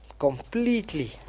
Completely